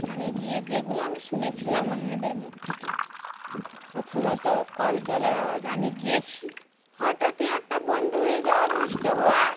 ওখানে গিয়ে যেগুলো আমি শুনেছিলাম অন্যদের মুখ থেকে প্রথমত কল চলার আওয়াজ আমি গিয়েছি হঠাৎই একটা বন্ধ হয়ে যাওয়া নষ্ট হওয়া